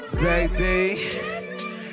Baby